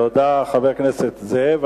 תודה, חבר הכנסת זאב.